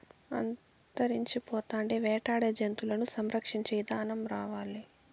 అంతరించిపోతాండే వేటాడే జంతువులను సంరక్షించే ఇదానం రావాలి